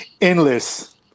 endless